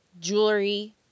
jewelry